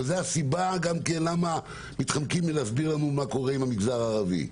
וזאת הסיבה שמתחמקים מלהסביר לנו מה קורה עם המגזר הערבי.